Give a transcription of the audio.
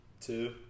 Two